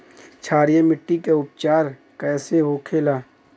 क्षारीय मिट्टी का उपचार कैसे होखे ला?